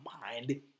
mind